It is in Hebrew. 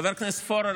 חבר הכנסת פורר,